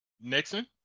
Nixon